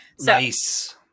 nice